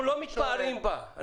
אנחנו לא מתפארים בה.